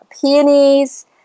peonies